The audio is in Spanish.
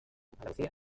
andalucía